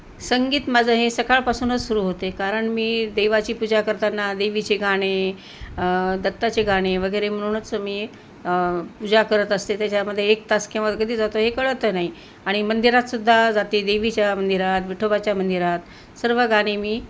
संगीत माझं हे सकाळपासूनच सुरू होते कारण मी देवाची पूजा करताना देवीचे गाणे दत्ताचे गाणे वगैरे म्हणूनच मी पूजा करत असते त्याच्यामध्ये एक तास केव्हा कधी जातो हे कळत नाही आणि मंदिरातसुद्धा जाते देवीच्या मंदिरात विठोबाच्या मंदिरात सर्व गाणी मी